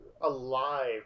alive